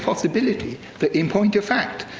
possibility, that in point of fact,